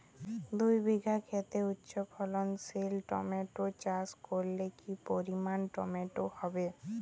দুই বিঘা খেতে উচ্চফলনশীল টমেটো চাষ করলে কি পরিমাণ টমেটো হবে?